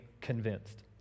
convinced